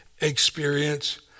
experience